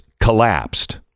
collapsed